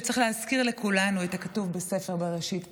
שצריך להזכיר לכולנו את הכתוב בספר בראשית,